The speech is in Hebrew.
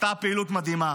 עשתה פעילות מדהימה